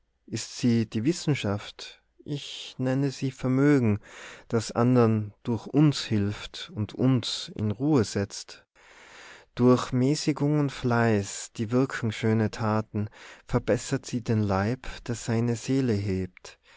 ist sie die wissenschaft ich nenne sie vermögen das andern durch uns hilft und uns in ruhe setzt durch mäßigung und fleiß die wirken schöne taten verbessert sie den leib der seine seele hebt